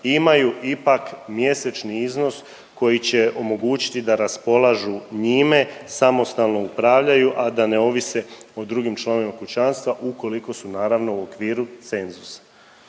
imaju ipak mjesečni iznos koji će omogućiti da raspolažu njime samostalno upravljaju, a da ne ovise o drugim članovima kućanstva ukoliko su naravno u okviru cenzusa.